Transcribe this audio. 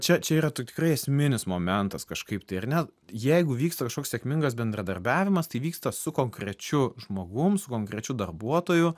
čia čia yra tai tikrai esminis momentas kažkaip tai ar ne jeigu vyksta kažkoks sėkmingas bendradarbiavimas tai vyksta su konkrečiu žmogum su konkrečiu darbuotoju